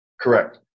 Correct